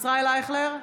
ישראל אייכלר,